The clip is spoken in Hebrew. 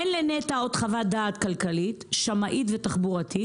אין לנת"ע עוד חוות דעת כלכלית, שמאית ותחבורתית,